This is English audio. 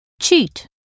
cheat